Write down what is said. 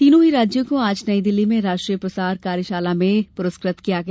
तीनों ही राज्यों को आज नई दिल्ली में राष्ट्रीय प्रसार कार्यशाला में पुरस्कृत किया गया